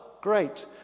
great